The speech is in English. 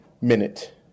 Minute